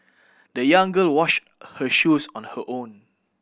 the young girl washed her shoes on her own